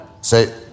Say